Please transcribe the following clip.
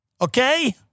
Okay